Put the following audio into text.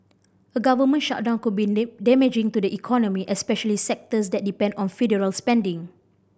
a government shutdown could be damaging to the economy especially sectors that depend on federal spending